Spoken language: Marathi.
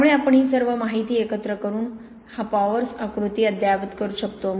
त्यामुळे आपण ही सर्व माहिती एकत्र करून हा पॉवर्स आकृती अद्ययावत करू शकतो